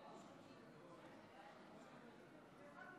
בעד,